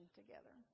together